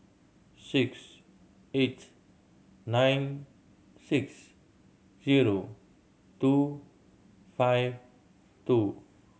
six eight nine six zero two five two